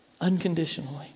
Unconditionally